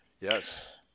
Yes